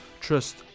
trust